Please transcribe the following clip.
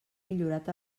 millorat